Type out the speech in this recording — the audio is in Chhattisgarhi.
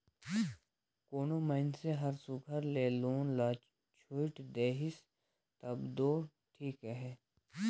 कोनो मइनसे हर सुग्घर ले लोन ल छुइट देहिस तब दो ठीक अहे